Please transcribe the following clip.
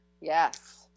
Yes